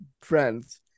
friends